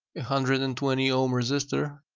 hundred and twenty ohm resistor,